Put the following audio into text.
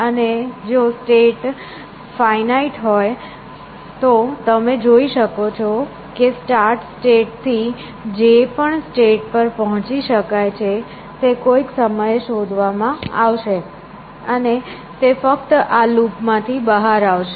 અને જો state finite હોય તો તમે જોઈ શકો છો કે સ્ટાર્ટ સ્ટેટ થી જે પણ સ્ટેટ પર પહોંચી શકાય છે તે કોઈક સમયે શોધવામાં આવશે અને તે ફક્ત આ લૂપ માંથી બહાર આવશે